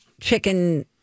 chicken